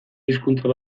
hizkuntza